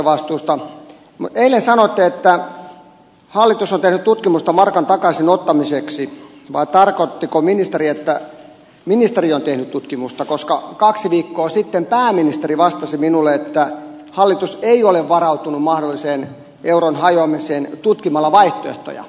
eilen sanoitte että hallitus on tehnyt tutkimusta markan takaisin ottamiseksi vai tarkoittiko ministeri että ministeriö on tehnyt tutkimusta koska kaksi viikkoa sitten pääministeri vastasi minulle että hallitus ei ole varautunut mahdolliseen euron hajoamiseen tutkimalla vaihtoeh toja